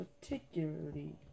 particularly